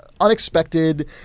unexpected